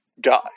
guy